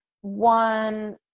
one